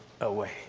away